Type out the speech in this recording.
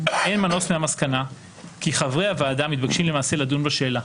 אין מנוס מהמסקנה כי חברי הוועדה מתבקשים למעשה לדון בשאלה,